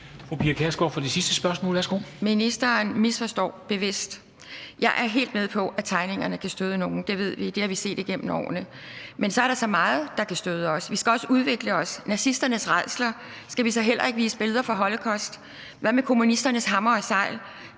Ministeren misforstår mig bevidst. Jeg er helt med på, at tegningerne kan støde nogen. Det ved vi, og det har vi set igennem årene. Men så er der så meget, der kan støde os. Vi skal også udvikle os. Skal vi så heller ikke vise billeder fra holocaust og nazismens rædsler? Hvad med kommunisternes hammer og segl?